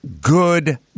good